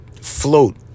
float